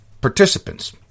participants